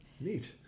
Neat